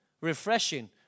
refreshing